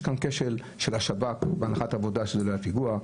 יש כאן כשל של השב"כ בהנחת עבודה שזה לא היה פיגוע.